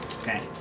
Okay